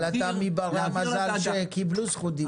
אבל אתה מברי המזל שקיבלו זכות דיבור.